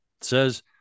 says